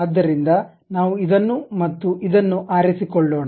ಆದ್ದರಿಂದ ನಾವು ಇದನ್ನು ಮತ್ತು ಇದನ್ನು ಆರಿಸಿಕೊಳ್ಳೋಣ